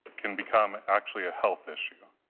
can become actually a health issue.